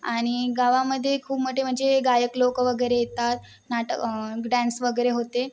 आणि गावामध्ये खूप मोठे म्हणजे गायक लोकं वगैरे येतात नाट डॅन्स वगैरे होते